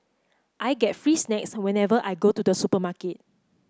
I get free snacks whenever I go to the supermarket